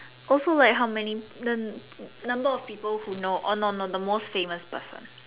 also like how many nun~ number of people who know uh no no no the most famous person